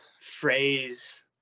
phrase